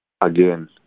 again